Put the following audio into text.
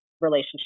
relationship